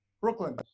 Brooklyn